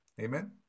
Amen